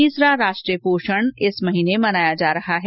तीसरा राष्ट्रीय पोषण माह इस महीने मनाया जा रहा है